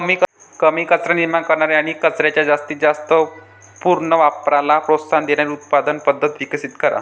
कमी कचरा निर्माण करणारी आणि कचऱ्याच्या जास्तीत जास्त पुनर्वापराला प्रोत्साहन देणारी उत्पादन पद्धत विकसित करा